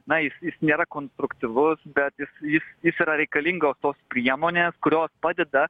na jis jis nėra konstruktyvus bet jis jis jis yra reikalingos tos priemonės kurios padeda